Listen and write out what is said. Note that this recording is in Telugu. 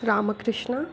రామకృష్ణ